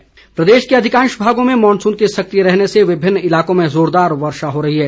मौसम प्रदेश के अधिकांश भागों में मॉनसून के सक्रिय रहने से विभिन्न इलाकों में जोरदार वर्षा हो रही है